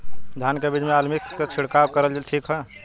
धान के बिज में अलमिक्स क छिड़काव करल ठीक ह?